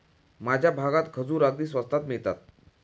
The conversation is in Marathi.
माझ्या भागात खजूर अगदी स्वस्तात मिळतात